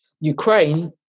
Ukraine